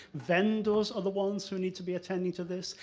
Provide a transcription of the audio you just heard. vendors are the ones who need to be tending to this.